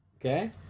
okay